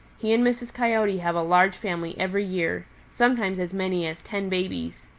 he and mrs. coyote have a large family every year, sometimes as many as ten babies.